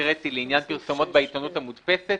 שהקראתי לעניין פרסומות בעיתונות המודפסת,